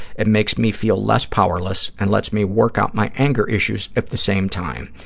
it makes me feel less powerless and lets me work out my anger issues at the same time.